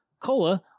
Cola